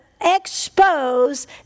expose